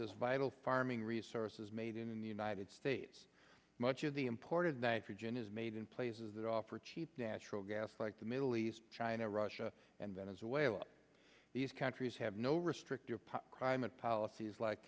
this vital farming resource is made in the united states much of the imported nitrogen is made in places that offer cheap natural gas like the middle east china russia and venezuela these countries have no restrictive climate policy is like